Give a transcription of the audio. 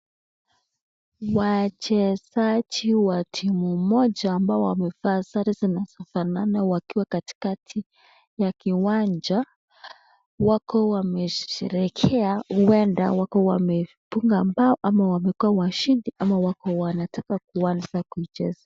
Wachezaji wa timu moja ambao wamevaa sare zinazofanana wakiwa katikati mwa kiwanja, wako wamesherehekea huenda wako wamefunga bao au wamekuwa washinda ama wako wanataka kuanza kucheza.